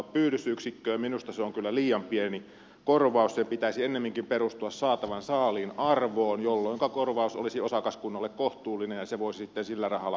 minusta se on kyllä liian pieni korvaus sen pitäisi ennemminkin perustua saatavan saaliin arvoon jolloinka korvaus olisi osakaskunnalle kohtuullinen ja se voisi sitten sillä rahalla toimintaansa kehittää